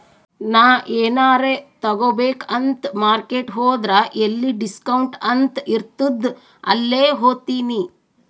ನಾ ಎನಾರೇ ತಗೋಬೇಕ್ ಅಂತ್ ಮಾರ್ಕೆಟ್ ಹೋದ್ರ ಎಲ್ಲಿ ಡಿಸ್ಕೌಂಟ್ ಅಂತ್ ಇರ್ತುದ್ ಅಲ್ಲೇ ಹೋತಿನಿ